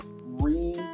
re